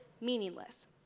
meaningless